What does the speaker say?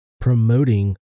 promoting